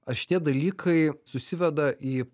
ar šitie dalykai susiveda į